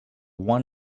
one